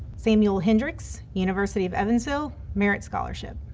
samuel hendrix, university of evansville, merit scholarship.